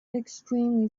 extremely